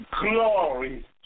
glory